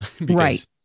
Right